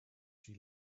she